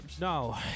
No